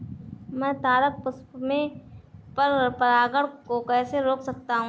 मैं तारक पुष्प में पर परागण को कैसे रोक सकता हूँ?